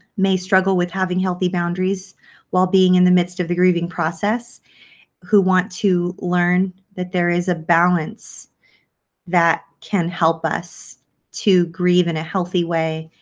may struggle with having healthy boundaries while being in the midst of the grieving process who want to learn that there is a balance that can help us to grieve in a healthy way,